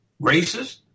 racist